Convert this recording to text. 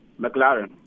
McLaren